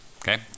okay